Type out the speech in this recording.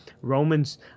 Romans